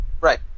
Right